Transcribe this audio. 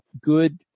good